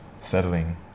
settling